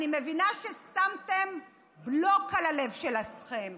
אני מבינה ששמתם בלוק על הלב שלכם,